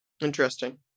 Interesting